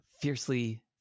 fiercely